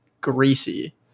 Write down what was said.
greasy